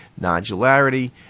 nodularity